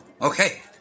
Okay